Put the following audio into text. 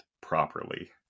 properly